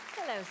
Hello